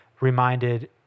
reminded